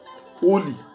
holy